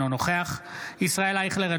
אינו נוכח ישראל אייכלר,